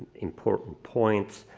important points.